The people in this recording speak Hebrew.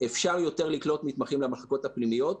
אפשר לקלוט יותר מתמחים למחלקות הפנימיות,